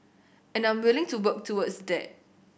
and I'm willing to work towards that